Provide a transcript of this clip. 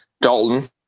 Dalton